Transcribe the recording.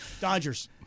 Dodgers